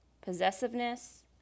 possessiveness